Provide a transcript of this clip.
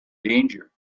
danger